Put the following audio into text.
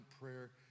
prayer